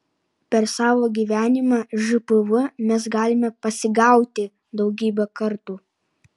per savo gyvenimą žpv mes galime pasigauti daugybę kartų